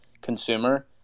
consumer